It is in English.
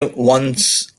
once